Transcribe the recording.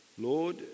Lord